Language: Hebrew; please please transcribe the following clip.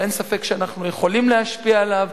אבל אין ספק שאנחנו יכולים להשפיע עליו.